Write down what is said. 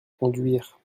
conduire